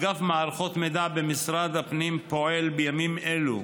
אגף מערכות מידע במשרד הפנים פועל בימים אלה